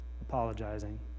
apologizing